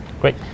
Great